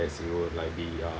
as it will like be uh